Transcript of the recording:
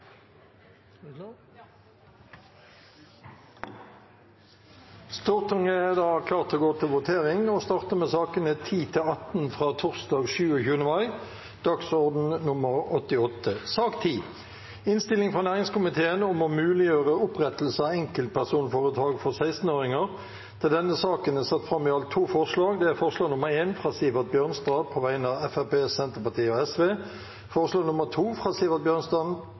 Stortinget går da til votering og starter med sakene nr. 10–18 fra torsdag 27. mai, dagsorden nr. 88. Under debatten er det satt fram i alt to forslag. Det er forslag nr. 1, fra Sivert Bjørnstad på vegne av Fremskrittspartiet, Senterpartiet og Sosialistisk Venstreparti forslag nr. 2, fra Sivert Bjørnstad